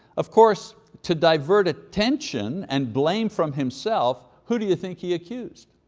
of course, to divert attention and blame from himself, who do you think he accused?